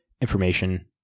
information